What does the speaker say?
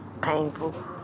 Painful